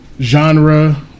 genre